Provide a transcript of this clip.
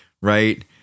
right